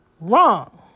wrong